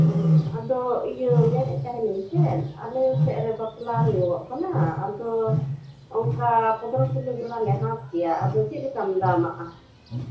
ᱟᱫᱚ ᱤᱭᱟᱹ ᱢᱮᱱᱮᱜ ᱛᱟᱦᱮᱱᱤᱧ ᱪᱮᱫ ᱟᱞᱮ ᱥᱮᱫ ᱨᱮ ᱵᱟᱯᱞᱟ ᱦᱩᱭᱩᱜᱚᱜ ᱠᱟᱱᱟ ᱟᱫᱚ ᱚᱱᱠᱟ ᱯᱚᱫᱽᱨᱚ ᱥᱳᱞᱳ ᱵᱚᱸᱜᱟᱞᱮ ᱦᱟᱴ ᱠᱮᱭᱟ ᱟᱫᱚ ᱪᱮᱫ ᱞᱮᱠᱟᱢ ᱫᱟᱢ ᱠᱮᱭᱟ